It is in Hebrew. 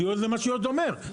אז יהיה מה שיעוז אומר,